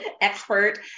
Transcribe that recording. expert